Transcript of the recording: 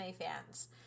fans